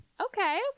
Okay